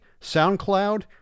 SoundCloud